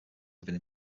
living